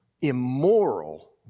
immoral